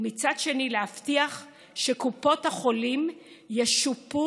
ומצד שני להבטיח שקופות החולים ישופו,